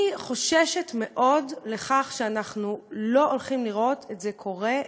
אני חוששת מאוד שאנחנו לא הולכים לראות את זה קורה,